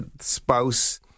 spouse